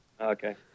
Okay